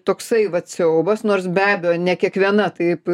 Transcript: toksai vat siaubas nors be abejo ne kiekviena taip